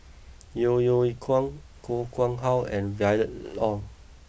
Yeo Yeow Kwang Koh Nguang How and Violet Oon